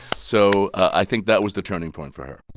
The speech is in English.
so i think that was the turning point for her